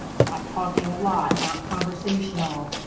not talking a lot, not conversational,